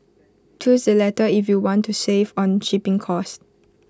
choose the latter if you want to save on shipping cost